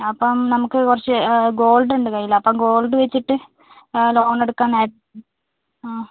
അപ്പം നമുക്ക് കുറച്ച് ഗോൾഡ് ഉണ്ട് കയ്യിൽ അപ്പം ഗോൾഡ് വെച്ചിട്ട് ലോൺ എടുക്കാൻ ആയിരുന്നു ആ